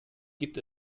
gibt